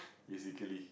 basically